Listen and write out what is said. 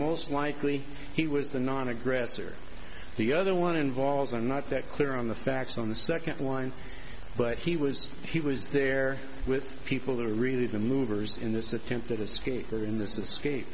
most likely he was the non aggressor the other one involves i'm not that clear on the facts on the second one but he was he was there with people they are really the movers in this attempted escape or in th